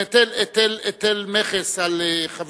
היטל מכס על חבילות